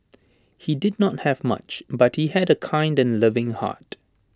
he did not have much but he had A kind and loving heart